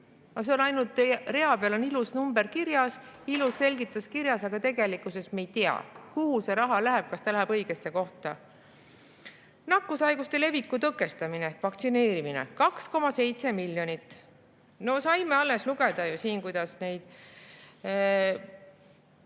peal on ainult ilus number kirjas, ilus seletuskirjas, aga tegelikkuses me ei tea, kuhu see raha läheb, kas ta läheb õigesse kohta. Nakkushaiguste leviku tõkestamine ehk vaktsineerimine: 2,7 miljonit. No saime alles lugeda, kuidas kanti